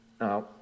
Now